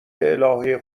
الهه